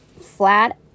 flat